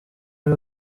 ari